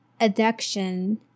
adduction